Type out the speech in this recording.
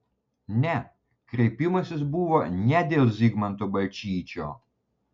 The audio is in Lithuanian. ne kreipimasis buvo ne dėl zigmanto balčyčio